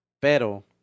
pero